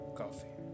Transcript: coffee